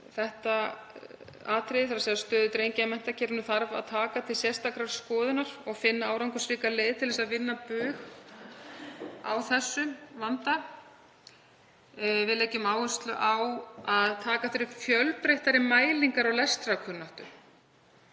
Þetta atriði, staða drengja í menntakerfinu, þarf að taka til sérstakrar skoðunar og finna árangursríkar leiðir til að vinna bug á vandanum. Við leggjum áherslu á að taka upp fjölbreyttari mælingar á lestrarkunnáttu